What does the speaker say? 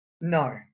No